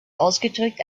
ausgedrückt